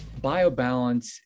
Biobalance